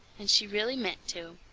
and she really meant to.